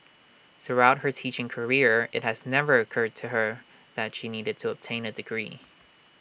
throughout her teaching career IT has never occurred to her that she needed to obtain A degree